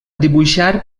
dibuixar